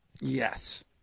Yes